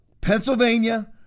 pennsylvania